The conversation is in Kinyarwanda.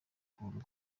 kundwa